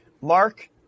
Mark –